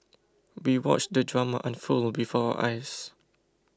we watched the drama unfold before our eyes